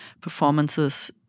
performances